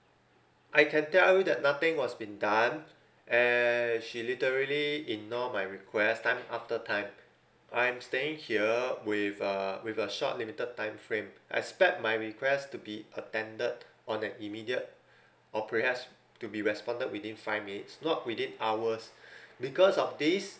I can tell you that nothing was been done and she literally ignore my request time after time I'm staying here with uh with a short limited timeframe I expect my request to be attended on an immediate or perhaps to be responded within five minutes not within hours because of this